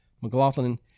McLaughlin